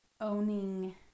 owning